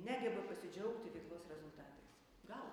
negeba pasidžiaugti veiklos rezultatais gal